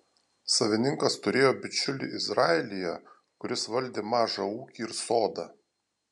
savininkas turėjo bičiulį izraelyje kuris valdė mažą ūkį ir sodą